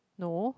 no